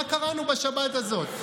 מה קראנו בשבת הזאת?